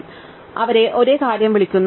ഞങ്ങൾ അവരെ ഒരേ കാര്യം വിളിക്കുന്നു